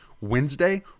Wednesday